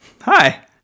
Hi